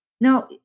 Now